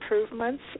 improvements